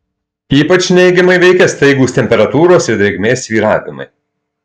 ypač neigiamai veikia staigūs temperatūros ir drėgmės svyravimai